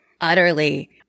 utterly